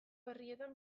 herrietan